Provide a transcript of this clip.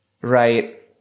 right